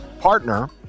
partner